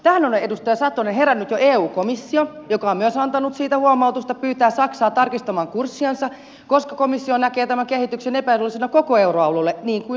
tähän on edustaja satonen herännyt jo eu komissio joka on myös antanut siitä huomautusta pyytää saksaa tarkistamaan kurssiansa koska komissio näkee tämän kehityksen epäedullisena koko euro alueelle niin kuin se onkin